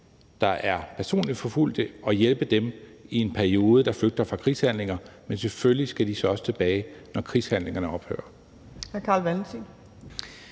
der er personligt forfulgt, og hjælpe dem, der flygter fra krigshandlinger, i en periode, men selvfølgelig skal de så også tilbage, når krigshandlingerne ophører.